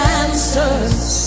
answers